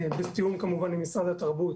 בתיאום כמובן עם משרד התרבות